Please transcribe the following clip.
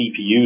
CPUs